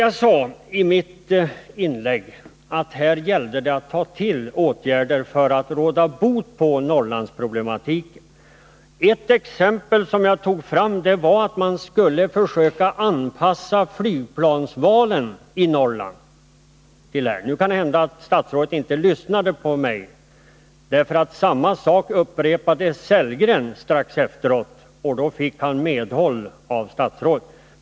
Jag sade i mitt inlägg att det här gällde att ta till åtgärder för att råda bot på Norrlandsproblematiken. Ett förslag som jag tog fram var att man skulle försöka anpassa flygplansvalen för Norrlands del. Det kan hända att statsrådet inte lyssnade på mig, för samma sak upprepade herr Sellgren strax efteråt, och då fick han medhåll av statsrådet.